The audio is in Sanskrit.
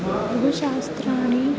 बहु शास्त्राणि